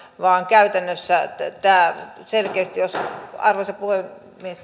vaan käytännössä tämä selkeästi arvoisa puhemies